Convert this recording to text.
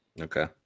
Okay